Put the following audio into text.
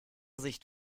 sicht